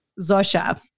Zosha